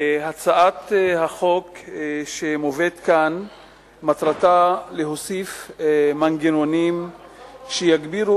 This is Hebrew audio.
הצעת החוק שמובאת כאן מטרתה להוסיף מנגנונים שיגבירו